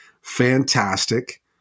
fantastic